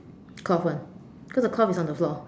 cloth [one] cause the cloth is on the floor